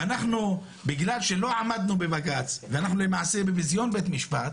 בגלל שלא עמדנו בבג"ץ ואנחנו למעשה בביזיון בית המשפט,